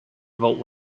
vote